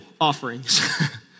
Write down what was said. offerings